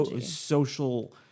social